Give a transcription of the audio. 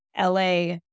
LA